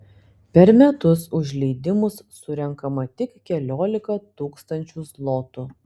per metus už leidimus surenkama tik keliolika tūkstančių zlotų